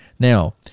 Now